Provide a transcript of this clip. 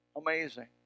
Amazing